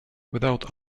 without